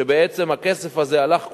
שבעצם הכסף הזה הלך כולו,